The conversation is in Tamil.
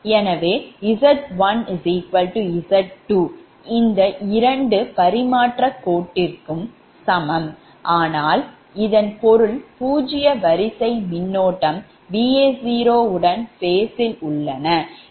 எனவே z1z2 இந்த 2 பரிமாற்றக் கோட்டிற்கு சமம் ஆனால் இதன் பொருள் பூஜ்ஜிய வரிசை மின்னோட்டம் Va0 உடன் phaseல் உள்ளன